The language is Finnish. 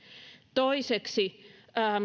toiseksi